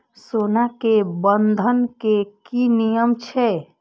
सोना के बंधन के कि नियम छै?